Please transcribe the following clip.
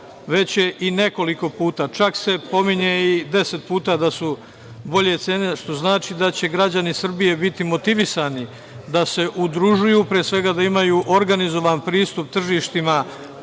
veće i nekoliko puta, čak se pominje i deset puta da su bolje cene, što znači da će građani Srbije biti motivisani da se udružuju, pre svega, da imaju organizovan pristup tržištima